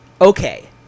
Okay